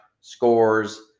scores